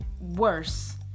worse